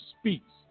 speaks